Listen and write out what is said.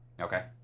Okay